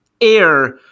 air